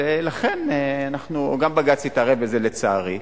גם בג"ץ התערב בזה, לצערי.